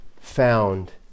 found